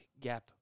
gap